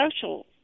social